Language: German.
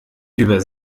über